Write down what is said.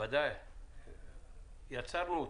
יצרנו אותו.